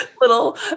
little